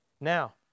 Now